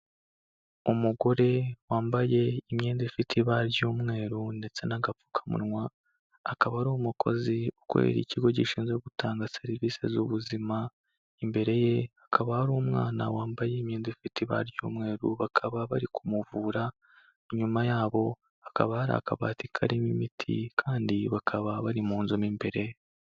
Umugore wambaye imyenda ifite ibara ry'umweru ndetse n'agapfukamunwa, akaba ari umukozi ukorera ikigo gishinzwe gutanga serivisi z'ubuzima, imbere ye hakaba hari umwana wambaye imyenda ifite ibara ry'umweru, bakaba bari kumuvura, inyuma yabo hakaba hari akabati karimo imiti kandi bakaba bari mu nzu mo imbere.